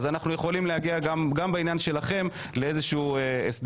נוכל להגיע גם בעניין שלכם להסדר.